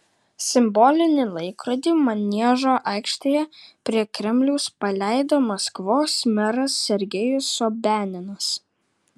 simbolinį laikrodį maniežo aikštėje prie kremliaus paleido maskvos meras sergejus sobianinas